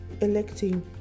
electing